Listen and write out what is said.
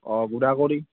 অঁ গুড়া কৰি